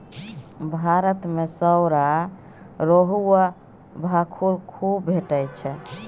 भारत मे सौरा, रोहू आ भाखुड़ खुब भेटैत छै